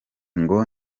ngo